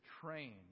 train